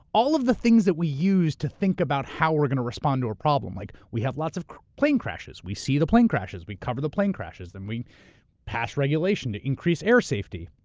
all of the things that we use to think about how we're going to respond to a problem. like, we have lots of plane crashes, we see the plane crashes, we cover the plane crashes, then we pass regulation to increase air safety.